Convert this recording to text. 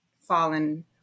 fallen